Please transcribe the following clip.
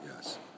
yes